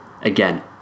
Again